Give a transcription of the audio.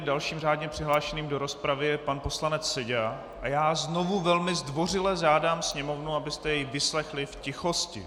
Dalším řádně přihlášeným do rozpravy je pan poslanec Seďa, a já znovu velmi zdvořile žádám, abyste jej vyslechli v tichosti.